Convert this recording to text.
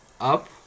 up